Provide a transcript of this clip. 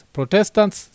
Protestants